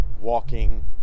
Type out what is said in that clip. walking